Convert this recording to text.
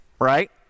right